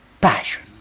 passion